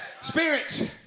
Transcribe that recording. Spirits